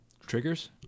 Triggers